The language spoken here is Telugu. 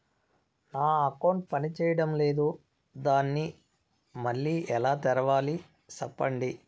నా అకౌంట్ పనిచేయడం లేదు, దాన్ని మళ్ళీ ఎలా తెరవాలి? సెప్పండి